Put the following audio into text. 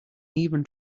even